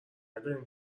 ندارین